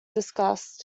disgust